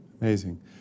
amazing